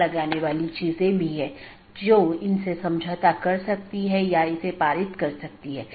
तो ये वे रास्ते हैं जिन्हें परिभाषित किया जा सकता है और विभिन्न नेटवर्क के लिए अगला राउटर क्या है और पथों को परिभाषित किया जा सकता है